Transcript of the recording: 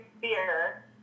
fear